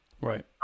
Right